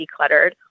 decluttered